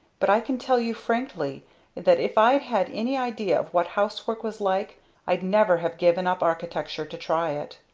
but i can tell you frankly that if i'd had any idea of what housework was like i'd never have given up architecture to try it.